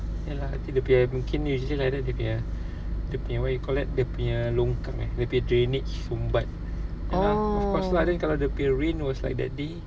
ya lah I think dia punya mungkin usually like that dia punya dia punya what you call that dia punya longkang ah dia punya drainage sumbat of course lah then kalau dia punya rain was like that day